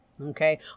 okay